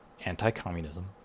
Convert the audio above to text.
anti-communism